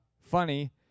Funny